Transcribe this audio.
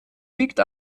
liegt